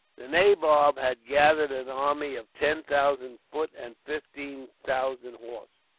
the nabob had gathered an army of ten thousand foot and fifteen thousand horse,